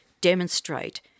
demonstrate